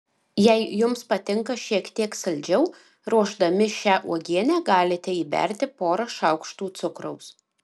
jei jums patinka šiek tiek saldžiau ruošdami šią uogienę galite įberti porą šaukštų cukraus